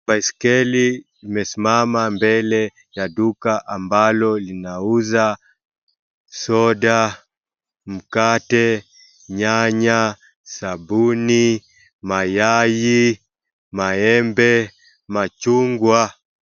Baiskeli imesimama mbele ya duka ambalo linauza soda, mkate, nyanya, sabuni, mayai, maembe, machungwa.